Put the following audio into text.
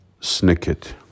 Snicket